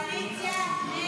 הסתייגות 11 לא